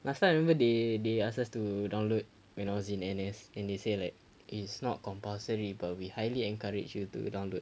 last time I remember they they ask us to download when I was in N_S then they say like it's not compulsory but we highly encourage you to download